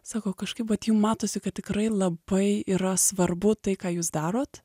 sako kažkaip vat jum matosi kad tikrai labai yra svarbu tai ką jūs darot